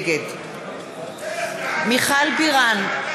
נגד (קוראת בשמות חברי הכנסת) מיכל בירן,